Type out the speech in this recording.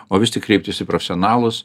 o vis tik kreiptis į profesionalus